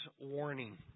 warning